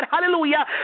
hallelujah